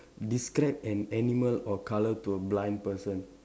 describe an animal or colour to a blind person